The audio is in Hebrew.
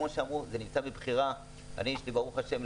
ברוך השם,